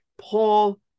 Paul